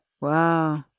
Wow